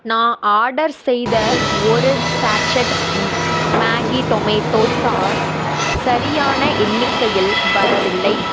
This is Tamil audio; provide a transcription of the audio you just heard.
நான் ஆர்டர் செய்த ஒரு சாட்ஷெட் மேகி டொமேட்டோ சாஸ் சரியான எண்ணிக்கையில் வரவில்லை